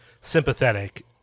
sympathetic